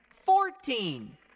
Fourteen